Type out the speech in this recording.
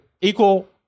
equal